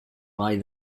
lie